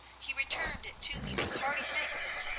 he returned it to me with hearty thanks.